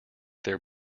their